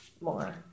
more